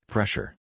Pressure